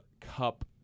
Cup